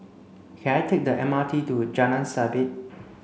can I take the M R T to Jalan Sabit